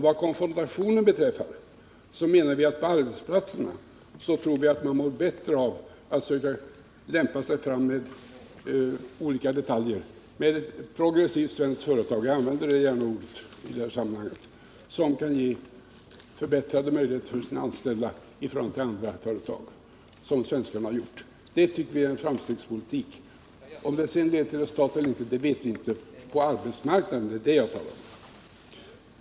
Vad konfrontationen beträffar, så tror vi att man på arbetsplatserna mår bättre av att försöka gå fram med olika reformer. Ett progressivt svenskt företag — jag använder gärna det uttrycket i detta sammanhang — kan ge förbättrade möjligheter för sina anställda i förhållande till andra företag. Det tycker vi är en framstegspolitik. Om det sedan leder till resultat på arbetsmarknaden vet vi inte. Det är det jag talar om.